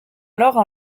alors